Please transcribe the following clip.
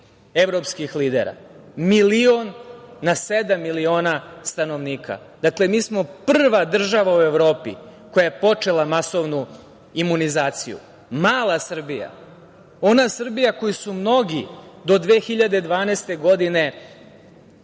evropskih lidera milion na sedam miliona stanovnika? Dakle, mi smo prva država u Evropi koja je počela masovnu imunizaciju. Mala Srbija. Ona Srbija koju su mnogi do 2012. godine